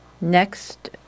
Next